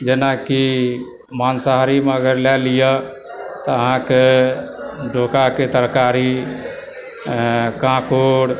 जेनाकि माँसाहारीमे अगर लए लिअ तऽ अहाँकेँ डोकाके तरकारी काकोड़